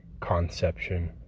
conception